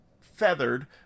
feathered